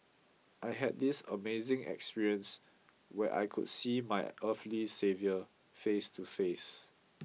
I had this amazing experience where I could see my earthly saviour face to face